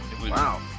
Wow